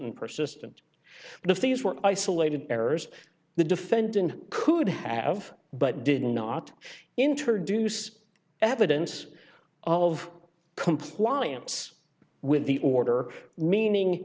and persistent but if these were isolated errors the defendant could have but did not introduce evidence of compliance with the order meaning